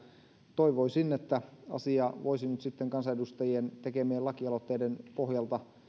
toivoisin että asia voisi nyt sitten kansanedustajien tekemien lakialoitteiden pohjalta